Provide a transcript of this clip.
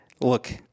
Look